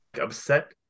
upset